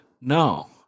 No